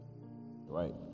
Right